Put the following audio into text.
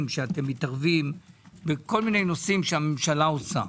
כשאתם מתערבים בכל מיני נושאים שהממשלה עושה.